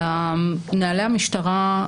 נהלי המשטרה,